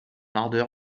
ardeur